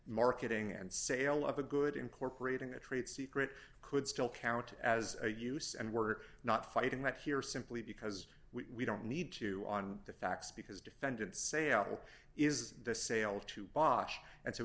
marketing and sale of a good incorporating a trade secret could still count as a use and we're not fighting that here simply because we don't need to on the facts because defendants sale is the sale to bosh and so